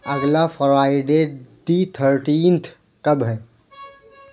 اگلا Friday the thirteenth کب ہے